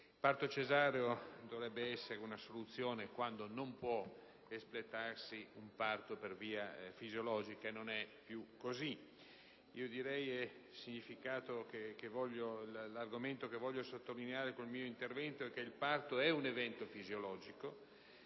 Il parto cesareo dovrebbe essere una soluzione quando non può espletarsi un parto fisiologico, ma non è più così. L'argomento che voglio sottolineare con il mio intervento è che il parto è un evento fisiologico